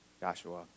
Joshua